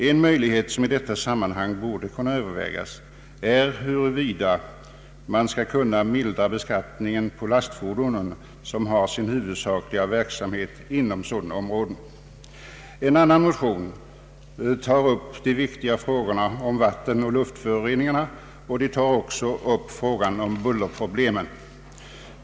En möjlighet, som i detta sammanhang borde kunna övervägas, är att man skulle kunna mildra beskattningen på de lastfordon som har sin huvudsakliga verksamhet inom stödområden. En annan motion tar upp de viktiga frågorna om vattenoch luftföroreningarna och behandlar även frågan om bullerproblemet.